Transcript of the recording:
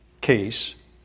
case